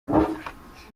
gupfa